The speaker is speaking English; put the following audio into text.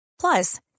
Plus